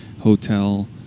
hotel